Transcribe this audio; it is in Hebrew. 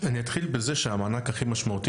אני אתחיל בזה שהמענק הכי משמעותי,